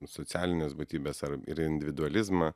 socialines būtybes ar ir individualizmą